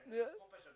yeah